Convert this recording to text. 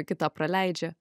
kitą praleidžia